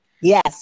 Yes